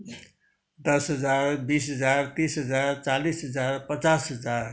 दस हजार बिस हजार तिस हजार चालिस हजार पचास हजार